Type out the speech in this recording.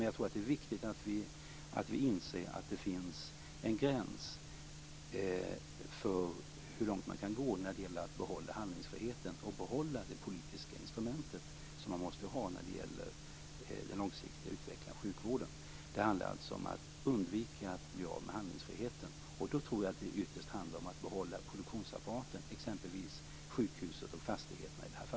Men det är viktigt att inse att det finns en gräns för hur långt man kan gå för att behålla handlingsfriheten och det politiska instrument som behövs för den långsiktiga utvecklingen av sjukvården. Det handlar om att undvika att bli av med handlingsfriheten. Då handlar det ytterst om att behålla produktionsapparaten, exempelvis sjukhusen och fastigheterna.